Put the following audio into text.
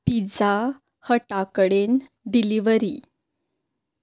pizza hut कडेन delivery